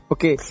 Okay